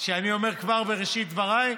כשאני אומר "כבר בראשית דבריי",